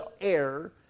air